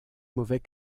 mauvais